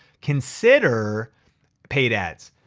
consider paid ads.